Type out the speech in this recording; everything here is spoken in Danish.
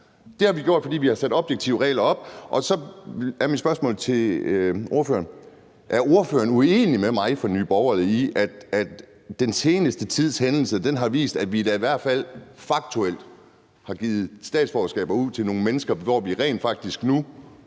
Det har vi gjort, fordi vi har sat objektive regler op. Så er mit spørgsmål til ordføreren: Er ordføreren uenig med mig fra Nye Borgerlige i, at den seneste tids hændelser har vist, at vi da i hvert fald faktuelt har givet statsborgerskaber ud til nogle mennesker, hvor vi rent faktisk nok